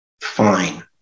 fine